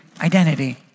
identity